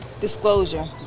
Disclosure